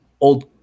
old